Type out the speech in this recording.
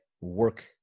work